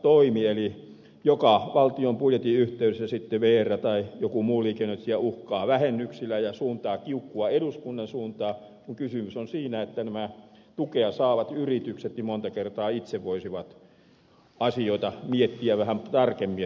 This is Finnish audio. eli joka valtion budjetin yhteydessä vr tai joku muu liikennöitsijä sitten uhkaa vähennyksillä ja suuntaa kiukkua eduskunnan suuntaan kun kysymys on siitä että nämä tukea saavat yritykset voisivat monta kertaa itse asioita miettiä vähän tarkemmin